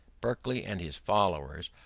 berkeley and his followers,